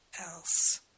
else